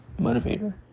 motivator